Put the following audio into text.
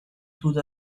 through